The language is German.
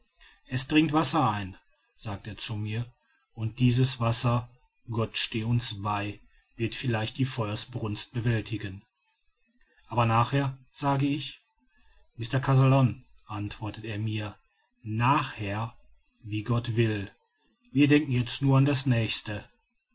es dringt wasser ein sagt er zu mir und dieses wasser gott stehe uns bei wird vielleicht die feuersbrunst bewältigen aber nachher sage ich mr kazallon antwortet er mir nachher wie gott will wir denken jetzt nur an das nächste